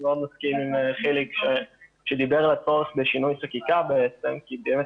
אני מאוד מסכים עם חיליק שדיבר על הצורך בשינוי חקיקה כי באמת